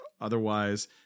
Otherwise